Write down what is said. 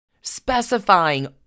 specifying